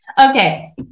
Okay